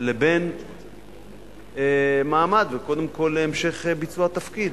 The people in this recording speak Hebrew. לבין מעמד, וקודם כול, המשך ביצוע התפקיד.